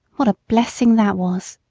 what a blessing that was!